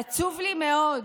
עצוב לי מאוד